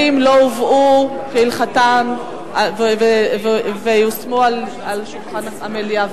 לא הובאו כהלכתם והושמו על שולחן המליאה.